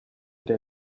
der